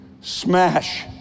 smash